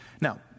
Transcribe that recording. Now